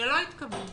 שלא התקבלו.